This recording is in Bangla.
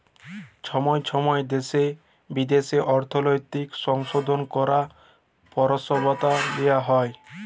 ছময় ছময় দ্যাশে বিদ্যাশে অর্থলৈতিক সংশধল ক্যরার পরসতাব লিয়া হ্যয়